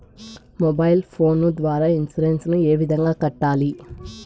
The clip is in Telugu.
మొబైల్ ఫోను ద్వారా ఇన్సూరెన్సు ఏ విధంగా కట్టాలి